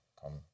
come